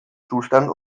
zustand